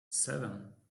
seven